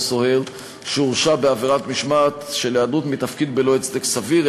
סוהר שהורשע בעבירת משמעת של היעדרות מתפקיד בלא הצדק סביר,